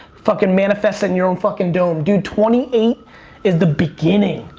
fuckin' manifest it in your own fuckin' dome. dude, twenty eight is the beginning.